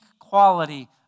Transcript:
quality